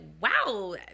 wow